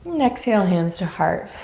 exhale hands to heart.